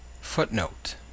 Footnote